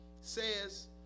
says